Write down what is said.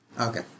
Okay